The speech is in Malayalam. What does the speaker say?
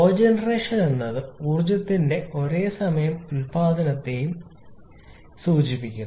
കോജെനറേഷൻ എന്നത് ഊർജ്ജത്തിന്റെ ഒരേസമയം ഉൽപാദനത്തെയും സൂചിപ്പിക്കുന്നു